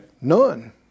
None